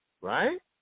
right